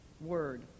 word